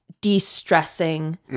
de-stressing